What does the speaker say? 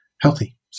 healthy